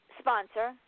sponsor